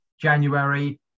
January